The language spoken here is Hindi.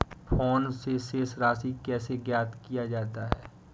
फोन से शेष राशि कैसे ज्ञात किया जाता है?